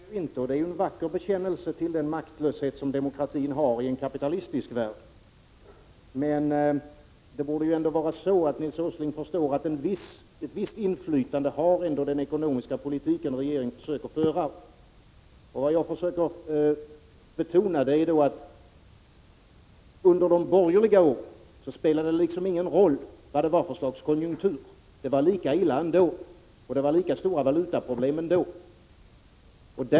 Herr talman! Ja, det förnekar jag inte. Det är ju en vacker bekännelse till den maktlöshet som demokratin har i en kapitalistisk värld. Nils G. Åsling borde ändå förstå att ett visst inflytande har den ekonomiska politik som en regering försöker föra. Vad jag försöker betona är att under de borgerliga åren spelade det liksom ingen roll vad det var för slags konjunktur — det var lika illa ändå och lika stora valutaproblem.